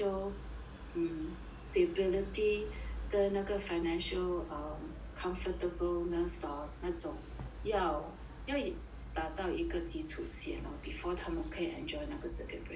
mm stability 跟那个 financial um comfortable-ness hor 那种要要达到一个基础先 lor before 他们可以 enjoy 那个 circuit breaker